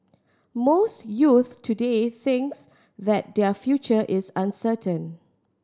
most youths today thinks that their future is uncertain